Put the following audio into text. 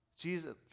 Jesus